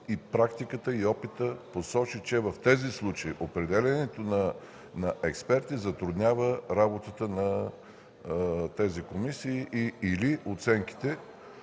Практиката и опитът посочиха, че в тези случаи – при определянето на експерти, се затруднява работата на тези комисии и/или оценките.